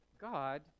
God